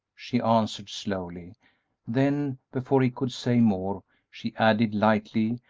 she answered, slowly then, before he could say more, she added, lightly,